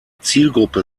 zielgruppe